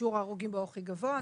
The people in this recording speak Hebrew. שיעור ההרוגים בו הכי גבוה,